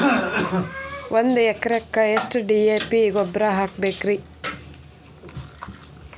ಒಂದು ಎಕರೆಕ್ಕ ಎಷ್ಟ ಡಿ.ಎ.ಪಿ ಗೊಬ್ಬರ ಹಾಕಬೇಕ್ರಿ?